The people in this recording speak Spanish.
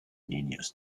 niños